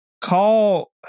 Call